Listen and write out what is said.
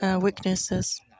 weaknesses